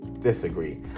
disagree